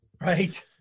Right